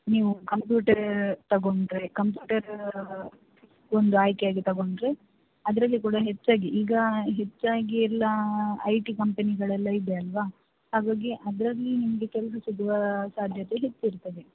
ನೀವು ಕಂಪ್ಯೂಟರ್ ತಗೊಂಡ್ರೆ ಕಂಪ್ಯೂಟರ್ ಒಂದು ಆಯ್ಕೆಯಾಗಿ ತಗೊಂಡ್ರೆ ಅದರಲ್ಲಿ ಕೂಡ ಹೆಚ್ಚಾಗಿ ಈಗ ಹೆಚ್ಚಾಗಿ ಎಲ್ಲ ಐ ಟಿ ಕಂಪನಿಗಳೆಲ್ಲ ಇದೆಯಲ್ವ ಹಾಗಾಗಿ ಅದರಲ್ಲಿ ನಿಮಗೆ ಕೆಲಸ ಸಿಗುವ ಸಾಧ್ಯತೆ ಹೆಚ್ಚಿರ್ತದೆ